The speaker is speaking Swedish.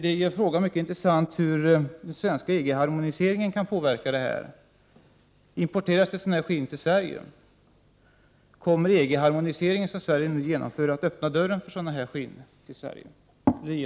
Det gör frågan om hur den svenska EG-harmoniseringen kan påverka detta mycket intressant. Importeras det sådana här skinn till Sverige? Kommer EG-harmoniseringen som Sverige nu genomför att öppna dörren för sådana här skinn i Sverige?